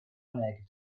negatif